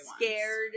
Scared